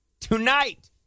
tonight